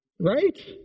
right